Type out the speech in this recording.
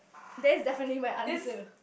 that's definitely my answer